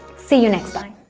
see you next time!